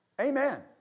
Amen